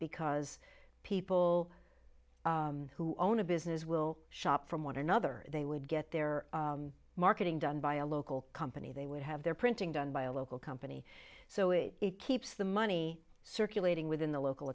because people who own a business will shop from one another they would get their marketing done by a local company they would have their printing done by a local company so it keeps the money circulating within the local